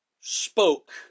spoke